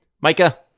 Micah